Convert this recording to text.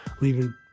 leaving